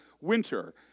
winter